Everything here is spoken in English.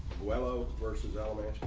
welo versus elevator.